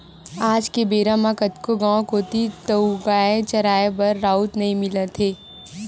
आज के बेरा म कतको गाँव कोती तोउगाय चराए बर राउत नइ मिलत हे